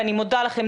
ואני מודה לכם,